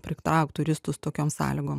pritraukt turistus tokiom sąlygom